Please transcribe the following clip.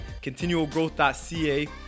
ContinualGrowth.ca